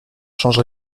change